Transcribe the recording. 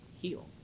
heal